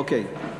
אוקיי.